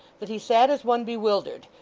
that he sat as one bewildered,